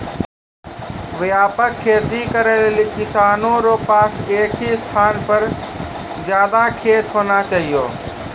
व्यापक खेती करै लेली किसानो रो पास एक ही स्थान पर ज्यादा खेत होना चाहियो